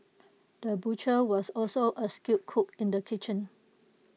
the butcher was also A skilled cook in the kitchen